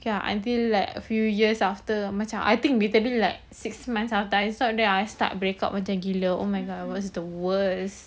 ya until like a few years after macam I think literally like six months of time then after that I start breakup macam gila oh my god I was the worst